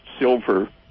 silver